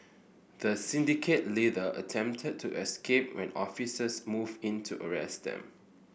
the syndicate leader attempted to escape when officers moved in to arrest them